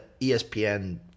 ESPN